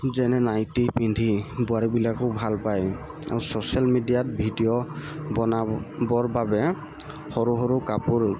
যেনে নাইটি পিন্ধি বোৱাৰীবিলাকেও ভাল পায় আৰু ছচিয়েল মিডিয়াত ভিডিঅ' বনাবৰ বাবে সৰু সৰু কাপোৰ